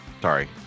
sorry